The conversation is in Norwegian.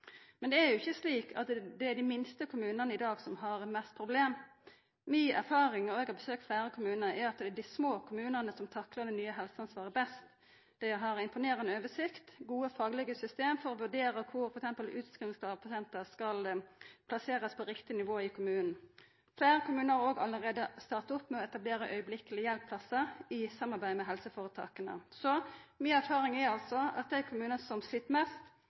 Men det er jo ikkje slik at det er dei minste kommunane som har størst problem i dag. Mi erfaring – og eg har besøkt fleire kommunar – er at det er dei små kommunane som taklar det nye helseansvaret best. Dei har imponerande oversikt og gode faglege system for å vurdera om f.eks. utskrivingsklare pasientar blir plasserte på riktig nivå i kommunen. Fleire kommunar har òg allereie starta opp med å etablera akutthjelp-plassar i samarbeid med helseføretaka. Mi erfaring er at dei kommunane som slit mest,